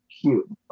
cute